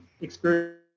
experience